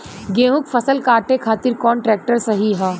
गेहूँक फसल कांटे खातिर कौन ट्रैक्टर सही ह?